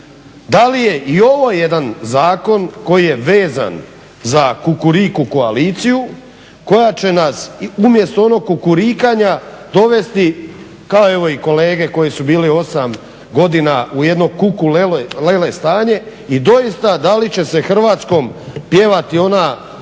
Da li je i ovo jedan zakon koji je vezan za Kukuriku koaliciju koja će nas umjesto onog kukurikanja dovesti kao evo i kolege koji su bili 8 godina u jednoj kuku lele stanje i doista da li će se Hrvatskom pjevati ona